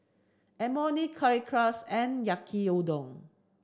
Imoni Currywurst and Yaki Udon